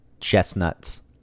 chestnuts